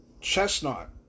Chestnut